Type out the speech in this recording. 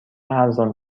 ارزان